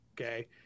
Okay